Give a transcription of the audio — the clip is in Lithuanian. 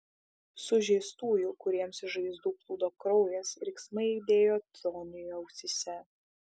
sužeistųjų kuriems iš žaizdų plūdo kraujas riksmai aidėjo toniui ausyse